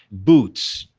boots,